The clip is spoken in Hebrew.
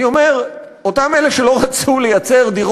אני אומר: אותם אלה שלא רצו לייצר דיור